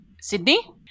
Sydney